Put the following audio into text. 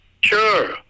Sure